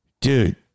Dude